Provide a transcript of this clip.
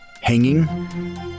hanging